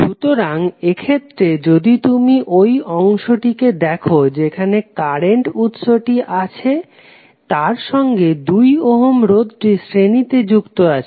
সুতরাং এইক্ষেত্রে যদি তুমি ঐ অংশটিকে দেখো যেখানে কারেন্ট উৎসটি আছে তার সঙ্গে 2 ওহম রোধটি শ্রেণী তে যুক্ত আছে